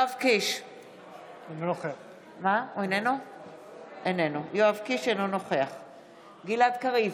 אינו נוכח גלעד קריב,